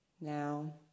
Now